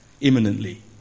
imminently